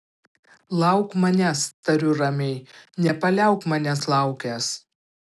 lauk manęs tariu ramiai nepaliauk manęs laukęs